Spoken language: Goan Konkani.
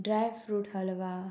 dry fruit halwa